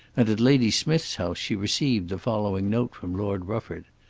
and at lady smijth's house she received the following note from lord rufford.